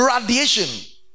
radiation